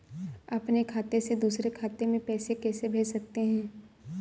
अपने खाते से दूसरे खाते में पैसे कैसे भेज सकते हैं?